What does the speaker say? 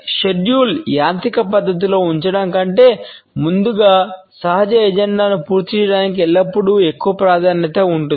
షెడ్యూల్ను పూర్తి చేయడానికి ఎల్లప్పుడూ ఎక్కువ ప్రాధాన్యత ఉంటుంది